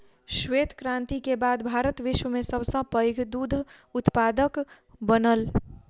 श्वेत क्रांति के बाद भारत विश्व में सब सॅ पैघ दूध उत्पादक बनल